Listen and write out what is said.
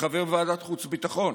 כחבר ועדת החוץ והביטחון